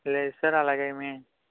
లేదు సార్ అలాగేమీ